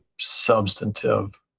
substantive